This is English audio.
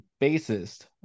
bassist